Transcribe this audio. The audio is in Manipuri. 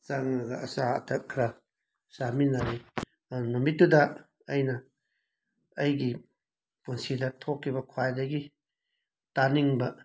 ꯆꯪꯉꯒ ꯑꯆꯥ ꯑꯊꯛ ꯈꯔ ꯆꯥꯃꯤꯟꯅꯔꯦ ꯑꯪ ꯅꯨꯃꯤꯠꯇꯨꯗ ꯑꯩꯅ ꯑꯩꯒꯤ ꯄꯨꯟꯁꯤꯗ ꯊꯣꯛꯈꯤꯕ ꯈ꯭ꯋꯥꯏꯗꯒꯤ ꯇꯥꯅꯤꯡꯕ